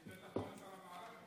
יש בטח עומס על המערכת.